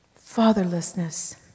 Fatherlessness